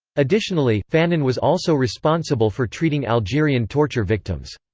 additionally, fanon was also responsible for treating algerian torture victims.